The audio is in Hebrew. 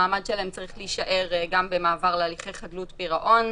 המעמד שלהן צריך להישאר גם במעבר להליכי חדלות פירעון.